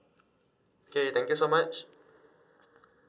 okay thank you so much